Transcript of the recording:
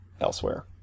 elsewhere